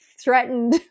threatened